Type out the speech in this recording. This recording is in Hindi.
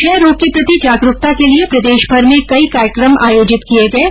क्षय रोग के प्रति जागरूकता के लिये प्रदेशभर में कई कार्यक्रम आयोजित किये गये